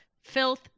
filth